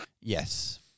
Yes